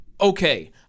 Okay